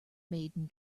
maiden